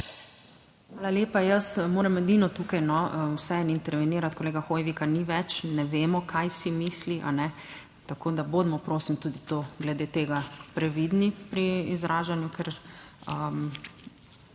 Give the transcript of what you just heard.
Hvala lepa. Jaz moram edino tukaj vseeno intervenirati kolega Hoivika ni več, ne vemo kaj si misli, tako da bodimo prosim tudi to glede tega previdni pri izražanju, ker